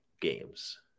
games